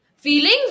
Feelings